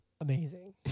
Amazing